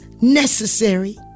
necessary